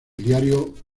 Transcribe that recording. diario